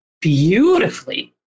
beautifully